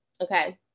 Okay